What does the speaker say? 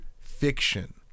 fiction